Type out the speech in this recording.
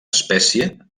espècie